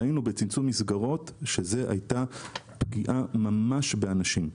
ראינו בצמצום מסגרות שזו הייתה פגיעה ממשית באנשים.